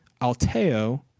Alteo